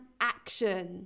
action